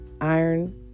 iron